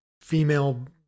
female